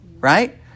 right